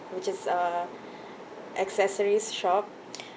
which is uh accessories shop